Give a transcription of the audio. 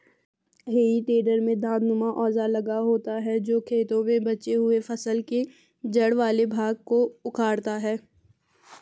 हेइ टेडर में दाँतनुमा औजार लगा होता है जो खेतों में बचे हुए फसल के जड़ वाले भाग को उखाड़ता है